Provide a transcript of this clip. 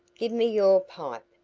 give me your pipe,